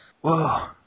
Whoa